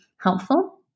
helpful